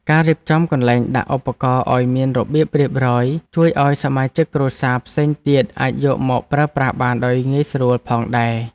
ការរៀបចំកន្លែងដាក់ឧបករណ៍ឱ្យមានរបៀបរៀបរយ ជួយឱ្យសមាជិកគ្រួសារផ្សេងទៀតអាចយកមកប្រើប្រាស់បានដោយងាយស្រួលផងដែរ។